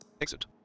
Exit